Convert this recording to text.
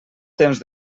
temps